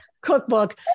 cookbook